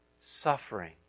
suffering